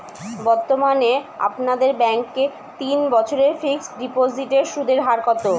বর্তমানে আপনাদের ব্যাঙ্কে তিন বছরের ফিক্সট ডিপোজিটের সুদের হার কত?